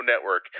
Network